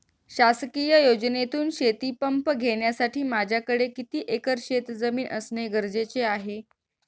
शासकीय योजनेतून शेतीपंप घेण्यासाठी माझ्याकडे किती एकर शेतजमीन असणे गरजेचे आहे?